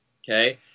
okay